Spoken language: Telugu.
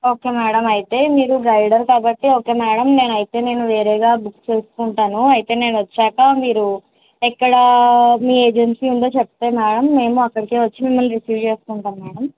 ఓకే మేడం అయితే మీరు గైడెర్ కాబట్టి ఓకే మేడం నేను అయితే నేను వేరేగా బుక్ చేసుకుంటాను అయితే నేను వచ్చాక మీరు ఎక్కడ మీ ఏజెన్సీ ఉందో చెప్తే మేడం మేము అక్కడికి వచ్చి మిమ్మల్ని రిసీవ్ చేసుకుంటాం మేడం